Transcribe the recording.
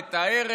את ההרס,